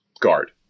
guard